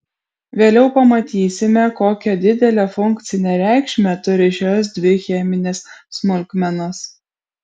vėliau pamatysime kokią didelę funkcinę reikšmę turi šios dvi cheminės smulkmenos